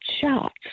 shots